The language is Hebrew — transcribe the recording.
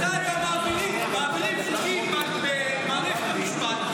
אתם מעבירים חוקים במערכת המשפט,